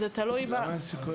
רגע, שנייה.